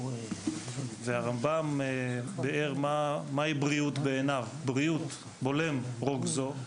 הרמב"ם ביאר מהי בריאות בעיניו: "בולם רוגזו,